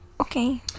Okay